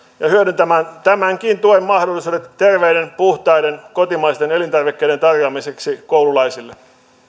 ja hyödyntämään tämänkin tuen mahdollisuudet terveiden puhtaiden kotimaisten elintarvikkeiden tarjoamiseksi koululaisille